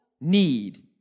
need